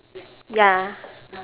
ya